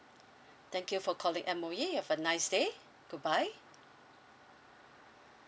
thank you for calling M_O_E you have a nice day good bye